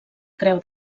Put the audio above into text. creu